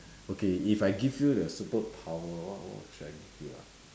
okay if I give you the superpower what what should I give you ah